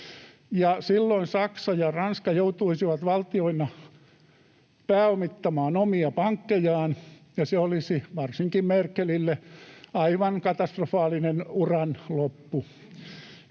Silloin Saksa ja Ranska joutuisivat valtioina pääomittamaan omia pankkejaan, ja se olisi varsinkin Merkelille aivan katastrofaalinen uran loppu.